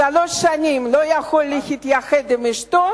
שלוש שנים לא יכול להתייחד עם אשתו,